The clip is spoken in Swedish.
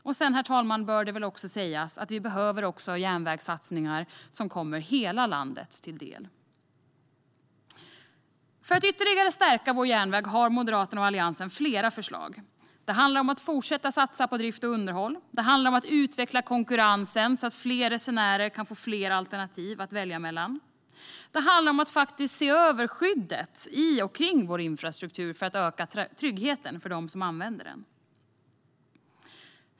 Dessutom, herr talman, bör det väl sägas att vi behöver järnvägssatsningar som kommer hela landet till del. För att ytterligare stärka vår järnväg har Moderaterna och Alliansen flera förslag. Det handlar om att fortsätta satsa på drift och underhåll. Det handlar om att utveckla konkurrensen så att fler resenärer får flera alternativ att välja mellan. Det handlar om att se över skyddet i och kring vår infrastruktur för att öka tryggheten för dem som använder den.